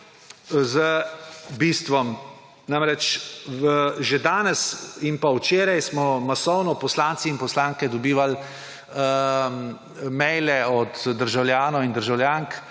z bistvom. Že danes in včeraj smo masovno poslanci in poslanke dobivali maile od državljanov in državljank